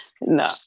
No